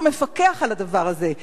שמפקח על הדבר הזה,